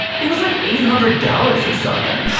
it was like eight hundred dollars or something.